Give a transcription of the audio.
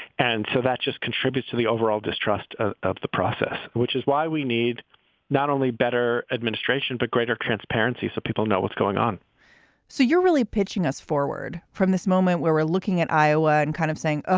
and so that just contributes to the overall distrust ah of the process, which is why we need not only better administration, but greater transparency so people know what's going on so you're really pitching us forward from this moment where we're looking at iowa and kind of saying, ah